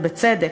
ובצדק,